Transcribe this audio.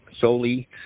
solely